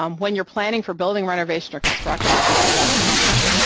um when you're planning for building renovation or construction, obviously, that's huge,